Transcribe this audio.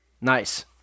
nice